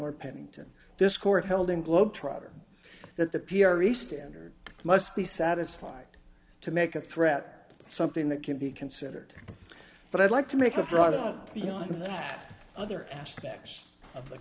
or pennington this court held in globe trotter that the p r re standard must be satisfied to make a threat something that can be considered but i'd like to make a broader beyond that other aspects of the